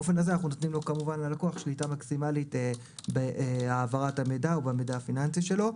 כך אנו נותנים ללקוח שליטה מקסימלית בהעברת המידע ובמידע הפיננסי שלו.